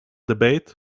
debate